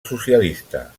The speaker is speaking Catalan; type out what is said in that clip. socialista